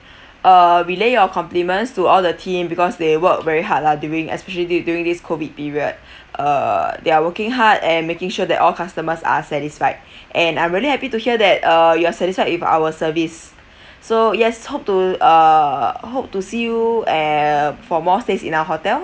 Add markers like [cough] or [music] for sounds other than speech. uh relay your compliments to all the team because they work very hard lah during especially du~ during this COVID period [breath] uh they are working hard and making sure that all customers are satisfied [breath] and I'm really happy to hear that uh you're satisfied if our service so yes hope to uh hope to see you uh for more stays in our hotel